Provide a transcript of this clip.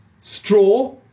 straw